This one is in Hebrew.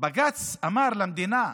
בג"ץ אמר למדינה: